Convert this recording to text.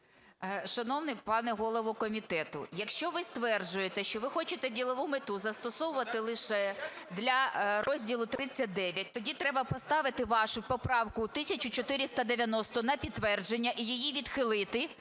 Шановний пане голово комітету, якщо ви стверджуєте, що ви хочете "ділову мету" застосувати лише для розділу ХХХІХ, тоді треба поставити вашу поправку 1490 на підтвердження і її відхилити,